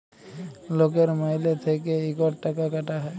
লকের মাইলে থ্যাইকে ইকট টাকা কাটা হ্যয়